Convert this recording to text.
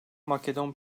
makedon